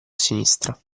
sinistra